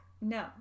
No